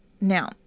Now